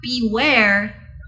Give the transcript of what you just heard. Beware